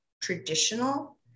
traditional